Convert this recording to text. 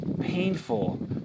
painful